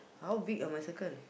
how big are my circle